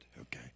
okay